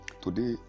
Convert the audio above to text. Today